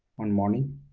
on morning